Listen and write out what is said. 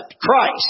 Christ